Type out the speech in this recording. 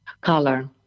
color